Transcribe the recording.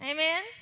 Amen